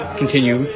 continue